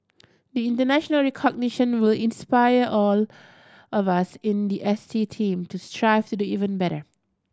be international recognition will inspire all of us in the S T team to strive to do even better